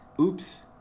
Oops